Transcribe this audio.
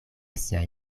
siaj